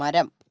മരം